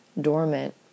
dormant